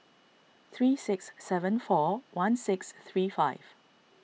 three six seven four one six three five